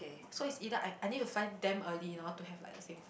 so it's either I I need to fly damn early you know to have like the same